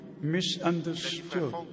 misunderstood